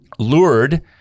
lured